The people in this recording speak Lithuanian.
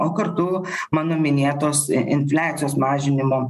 o kartu mano minėtos infliacijos mažinimo